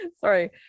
Sorry